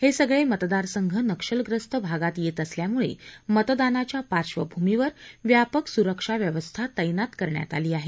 हे सगळे मतदारसंघ नक्षलग्रस्त भागात येत असल्यामुळे मतदानाच्या पार्श्वभूमीवर व्यापक सुरक्षा व्यवस्था तैनात करण्यात आली आहे